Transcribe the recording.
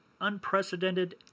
unprecedented